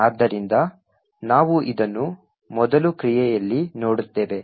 ಆದ್ದರಿಂದ ನಾವು ಇದನ್ನು ಮೊದಲು ಕ್ರಿಯೆಯಲ್ಲಿ ನೋಡುತ್ತೇವೆ